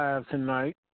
Tonight